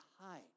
hide